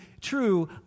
true